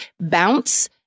bounce